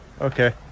Okay